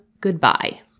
goodbye